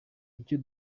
icyo